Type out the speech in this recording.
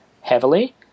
heavily